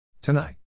Tonight